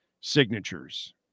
signatures